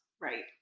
Right